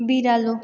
बिरालो